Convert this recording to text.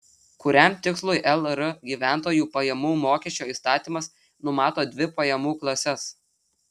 kuriam tikslui lr gyventojų pajamų mokesčio įstatymas numato dvi pajamų klases